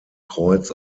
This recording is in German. kreuz